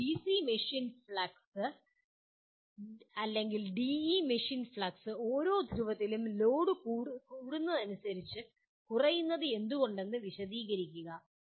ഒരു DC machine flux DE machine flux ഓരോ ധ്രുവത്തിലും ലോഡ് കൂടുന്നതിനനുസരിച്ച് കുറയുന്നത് എന്തുകൊണ്ടെന്ന് വിശദീകരിക്കുക